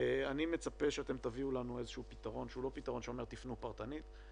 אני מצפה שתביאו לנו איזשהו פתרון שהוא לא פתרון שאומר: תפנו פרטנית,